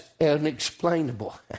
unexplainable